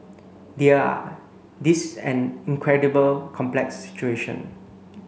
dear ah this is an incredible complex situation